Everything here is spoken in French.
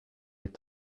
est